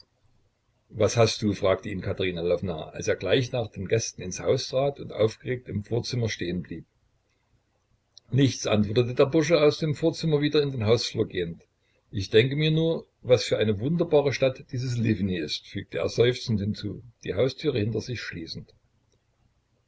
was hast du fragte ihn katerina lwowna als er gleich nach den gästen ins haus trat und aufgeregt im vorzimmer stehen blieb nichts antwortete der bursche aus dem vorzimmer wieder in den hausflur gehend ich denke mir nur was für eine wunderbare stadt dieses liwny ist fügte er seufzend hinzu die haustüre hinter sich schließend